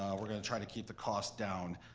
um we're gonna try to keep the cost down.